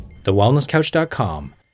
TheWellnessCouch.com